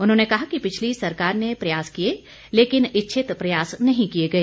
उन्होंने कहा कि पिछली सरकार ने प्रयास किए लेकिन इच्छित प्रयास नहीं किए गए